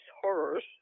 horrors